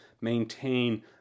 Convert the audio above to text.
maintain